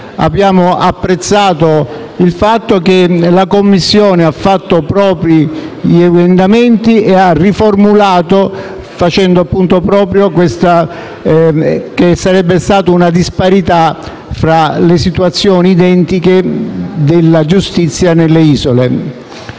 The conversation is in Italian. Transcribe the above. Abbiamo apprezzato il fatto che la Commissione abbia fatto propri gli emendamenti e abbia sanato questa che sarebbe stata una disparità fra le situazioni identiche della giustizia nelle isole.